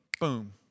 boom